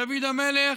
דוד המלך,